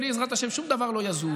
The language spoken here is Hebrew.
בלי עזרת השם שום דבר לא יזוז.